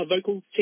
vocal